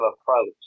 approach